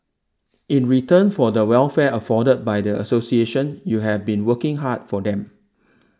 in return for the welfare afforded by the association you have been working hard for them